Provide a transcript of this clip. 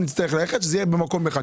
נוסף, זה יהיה במקום אחד.